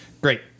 Great